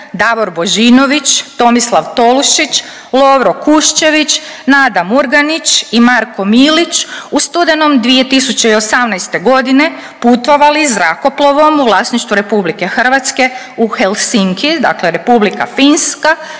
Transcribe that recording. Davor Božinović, Tomislav Tolušić, Lovro Kuščević, Nada Murganić i Marko Milić u studenom 2018. godine putovali zrakoplovom u vlasništvu RH u Helsinki, dakle Republika Finska